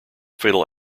fatal